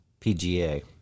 PGA